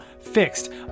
fixed